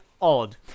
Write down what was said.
odd